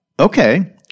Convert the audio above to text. okay